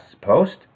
post